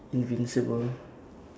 invincible